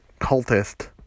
cultist